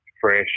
fresh